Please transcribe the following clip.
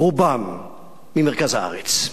רובם ממרכז הארץ.